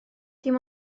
dim